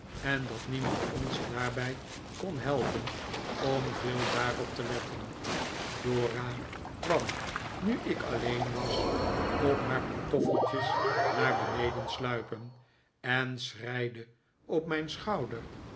en dat niemand ons daarbij kon helpen om veel daarop te letten dora kwam nu ik alleen was op haar pantoffeltjes naar beneden sluipen en schreide op mijn schouder